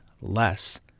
less